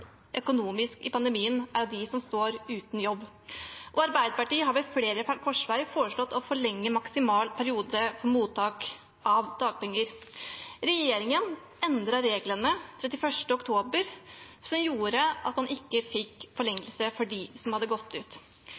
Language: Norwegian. står uten jobb. Arbeiderpartiet har ved flere korsveier foreslått å forlenge maksimal periode for mottak av dagpenger. Regjeringen endret reglene 31. oktober. Det gjorde at man ikke fikk forlengelse for dem som hadde gått ut.